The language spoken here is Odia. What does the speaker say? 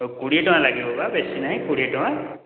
କୋଡ଼ିଏ ଟଙ୍କା ଲାଗିବ ବା ବେଶି ନାଇଁ କୋଡ଼ିଏ ଟଙ୍କା